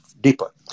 deeper